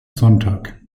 sonntag